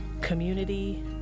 community